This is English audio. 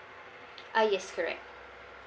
uh yes correct